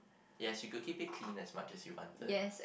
yes you could keep it clean as much as you wanted